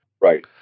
right